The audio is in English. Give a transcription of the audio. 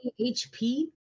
HP